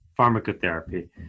pharmacotherapy